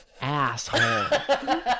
asshole